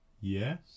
Yes